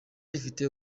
ifite